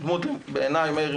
בעיני מאיר,